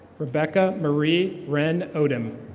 rebecca marie ren odem.